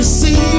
see